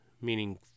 meaning